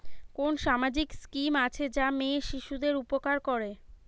কোন সামাজিক স্কিম আছে যা মেয়ে শিশুদের উপকার করে?